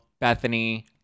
Bethany